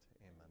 amen